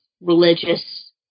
religious